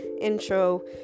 intro